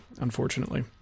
unfortunately